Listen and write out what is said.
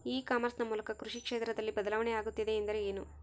E commerce ನ ಮೂಲಕ ಕೃಷಿ ಕ್ಷೇತ್ರದಲ್ಲಿ ಬದಲಾವಣೆ ಆಗುತ್ತಿದೆ ಎಂದರೆ ಏನು?